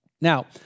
Now